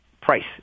price